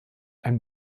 ein